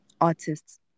artists